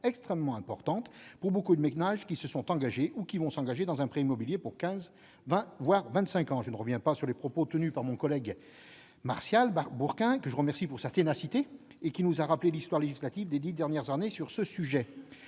extrêmement importante pour de nombreux ménages qui se sont engagés ou qui vont s'engager dans un prêt immobilier pour quinze, vingt, voire vingt-cinq ans. Je ne reviens pas sur les propos tenus par notre collègue Martial Bourquin, que je remercie de sa ténacité. Il nous a rappelé l'histoire législative des dix dernières années sur le sujet.